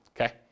okay